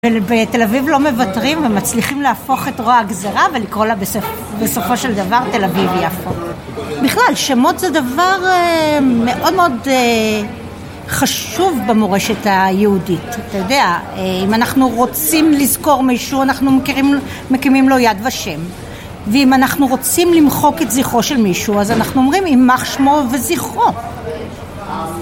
ובתל אביב לא מוותרים, הם מצליחים להפוך את רוע הגזרה ולקרוא לה בסופו של דבר תל אביב-יפו. בכלל, שמות זה דבר מאוד מאוד חשוב במורשת היהודית, אתה יודע, אם אנחנו רוצים לזכור מישהו אנחנו מקימים לו יד ושם, ואם אנחנו רוצים למחוק את זכרו של מישהו אז אנחנו אומרים, יימח שמו וזכרו